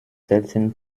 selten